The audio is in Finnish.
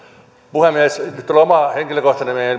puhemies nyt tulee oma henkilökohtainen